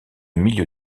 milieu